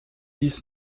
dies